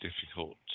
difficult